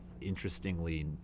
interestingly